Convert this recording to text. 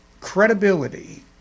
Credibility